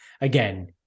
again